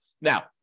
now